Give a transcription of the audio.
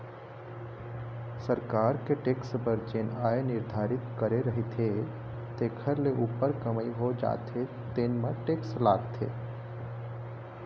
सरकार के टेक्स बर जेन आय निरधारति करे रहिथे तेखर ले उप्पर कमई हो जाथे तेन म टेक्स लागथे